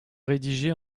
rédigées